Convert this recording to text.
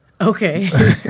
Okay